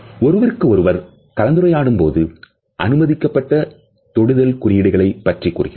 ஒருவருக்கு ஒருவர் கலந்துரையாடும் போது அனுமதிக்கப்பட்ட தொடுதல் குறியீடுகளை பற்றி கூறுகிறார்